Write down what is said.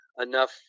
enough